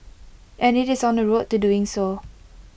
and IT is on the road to doing so